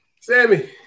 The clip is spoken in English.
Sammy